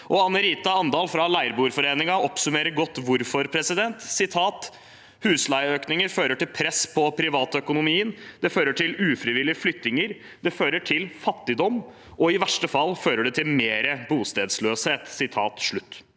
AnneRita Andal fra Leieboerforeningen oppsummerer godt hvorfor: «Husleieøkninger fører til press på privatøkonomien, det fører til ufrivillige flyttinger, det fører til fattigdom, og i verste fall fører det til mer bostedsløshet.»